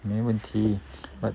没问题 but